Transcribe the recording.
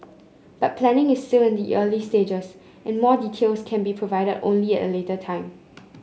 but planning is still in the early stages and more details can be provided only at a later time